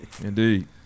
Indeed